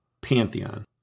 pantheon